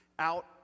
Out